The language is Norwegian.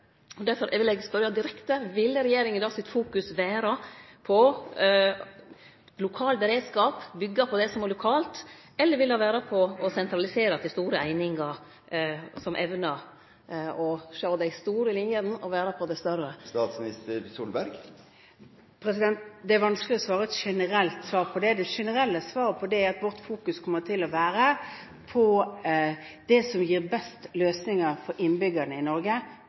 vil eg spørje direkte: Vil fokuset til regjeringa vere på lokal beredskap, byggje på det som er lokalt, eller vil det vere på å sentralisere til store einingar som evnar å sjå dei store linjene, vere på det større? Det er vanskelig å gi et generelt svar på det. Det generelle svaret på det er at vårt fokus kommer til å være på det som gir best løsninger for innbyggerne i Norge,